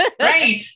Right